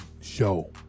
show